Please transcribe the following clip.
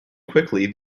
quickly